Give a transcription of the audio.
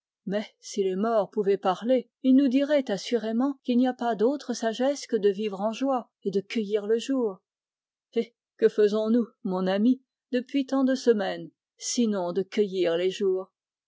mais s'ils pouvaient parler ils nous rappelleraient qu'il n'y a pas d'autre sagesse que de vivre en joie et de cueillir le jour hé que faisons-nous mon amie depuis tant de semaines sinon de cueillir les jours